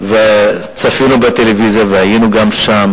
צפינו בטלוויזיה והיינו גם שם.